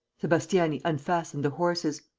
sebastiani unfastened the horses.